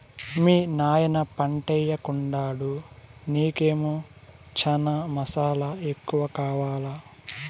మీ నాయన పంటయ్యెకుండాడు నీకేమో చనా మసాలా ఎక్కువ కావాలా